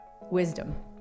wisdom